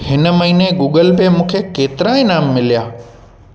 हिन महीने Google Pay मूंखे केतिरा इनाम मिलिया